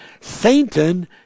Satan